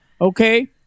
okay